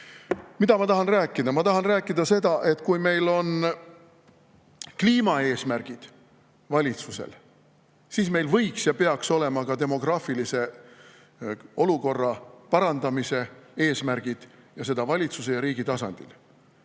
ma tahan rääkida? Ma tahan rääkida seda, et kui valitsusel on kliimaeesmärgid, siis meil võiks olla ja peaks olema ka demograafilise olukorra parandamise eesmärgid, seda valitsuse ja riigi tasandil.